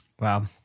Wow